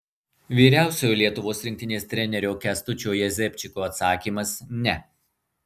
vyriausiojo lietuvos rinktinės trenerio kęstučio jezepčiko atsakymas ne